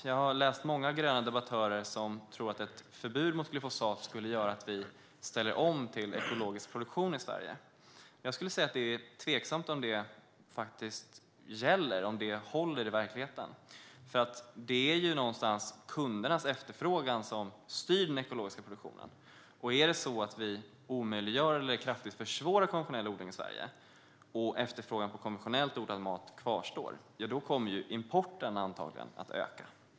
Jag har läst vad många gröna debattörer har skrivit om att de tror att ett förbud mot glyfosat skulle göra att vi ställer om till ekologisk produktion i Sverige. Jag är tveksam till om det håller i verkligheten, eftersom det någonstans är kundernas efterfrågan som styr den ekologiska produktionen. Om vi omöjliggör eller kraftigt försvårar konventionell odling i Sverige, och om efterfrågan på konventionellt odlad mat kvarstår, kommer importen antagligen att öka.